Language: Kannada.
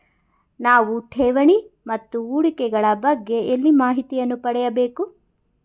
ನಾವು ಠೇವಣಿ ಮತ್ತು ಹೂಡಿಕೆ ಗಳ ಬಗ್ಗೆ ಎಲ್ಲಿ ಮಾಹಿತಿಯನ್ನು ಪಡೆಯಬೇಕು?